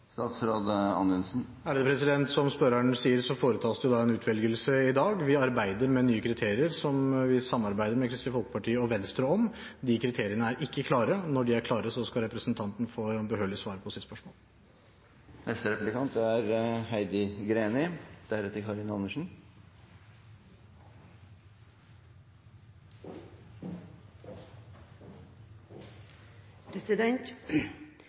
Som spørreren sier, foretas det i dag en utvelgelse. Vi arbeider med nye kriterier, som vi samarbeider med Kristelig Folkeparti og Venstre om. De kriteriene er ikke klare. Når de er klare, skal representanten få behørig svar på sitt spørsmål.